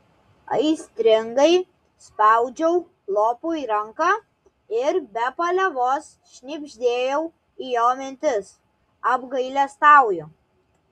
aistringai spaudžiau lopui ranką ir be paliovos šnibždėjau į jo mintis apgailestauju